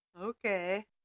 Okay